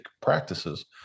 practices